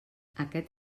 aquest